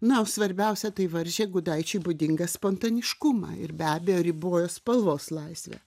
na o svarbiausia tai varžė gudaičiui būdingą spontaniškumą ir be abejo ribojo spalvos laisvę